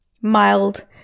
mild